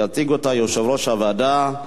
יציג אותה יושב-ראש הוועדה,